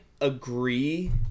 agree